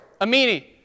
Amini